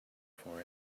for